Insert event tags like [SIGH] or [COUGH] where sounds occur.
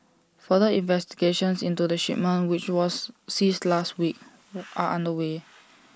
further investigations into the shipment which was seized last week [NOISE] are underway